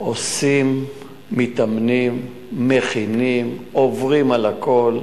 עושים, מתאמנים, מכינים, עוברים על הכול.